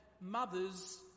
mothers